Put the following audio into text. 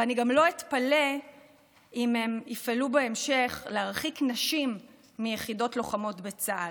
ואני גם לא אתפלא אם הם יפעלו בהמשך להרחיק נשים מיחידות לוחמות בצה"ל,